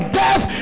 death